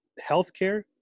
healthcare